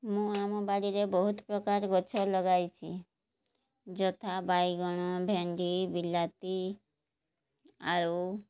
ମୁଁ ଆମ ବାଡ଼ିରେ ବହୁତ ପ୍ରକାର ଗଛ ଲଗାଇଛି ଯଥା ବାଇଗଣ ଭେଣ୍ଡି ବିଲାତି ଆଳୁ